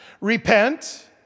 Repent